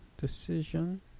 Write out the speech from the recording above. decision